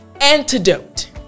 Antidote